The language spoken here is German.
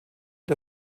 der